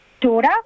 daughter